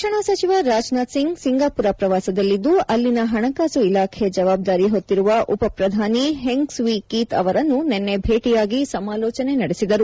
ರಕ್ಷಣಾ ಸಚಿವ ರಾಜನಾಥ್ ಸಿಂಗ್ ಸಿಂಗಾಪುರ ಪ್ರವಾಸದಲ್ಲಿದ್ದು ಅಲ್ಲಿನ ಹಣಕಾಸು ಇಲಾಖೆ ಜವಾಬ್ದಾರಿ ಹೊತ್ತಿರುವ ಉಪಪ್ರಧಾನಿ ಹೆಂಗ್ ಸ್ವೀ ಕೀತ್ ಅವರನ್ನು ನಿನ್ನೆ ಭೇಟಿಯಾಗಿ ಸಮಾಲೋಚನೆ ನಡೆಸಿದರು